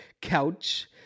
couch